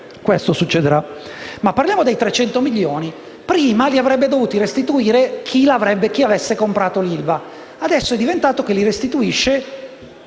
Questo succederà. Parliamo ora dei 300 milioni. Prima li avrebbe dovuti restituire chi avesse comprato l'ILVA; adesso li deve restituire